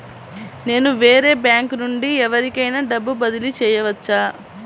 నేను వేరే బ్యాంకు నుండి ఎవరికైనా డబ్బు బదిలీ చేయవచ్చా?